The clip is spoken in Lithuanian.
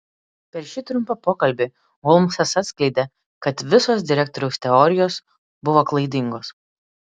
per šį trumpą pokalbį holmsas atskleidė kad visos direktoriaus teorijos buvo klaidingos